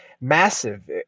massive